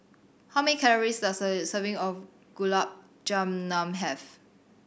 how many calories does a serving of Gulab Jamun have